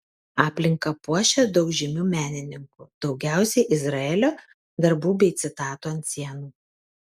aplinką puošia daug žymių menininkų daugiausiai izraelio darbų bei citatų ant sienų